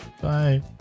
Bye